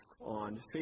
on